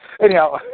anyhow